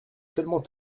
seulement